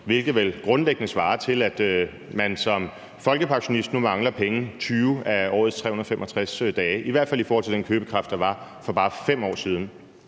hvilket vel grundlæggende svarer til, at man som folkepensionist nu mangler penge i 20 ud af årets 365 dage, i hvert fald i forhold til den købekraft, der var for bare 5 år siden.